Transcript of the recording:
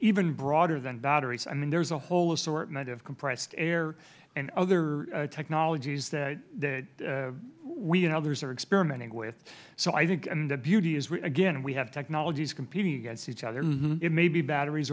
even broader than batteries i mean there is a whole assortment of compressed air and other technologies that we and others are experimenting with so i think the beauty is again we have technologies competing against each other it may be batteries